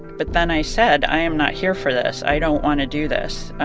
but then i said, i am not here for this i don't want to do this.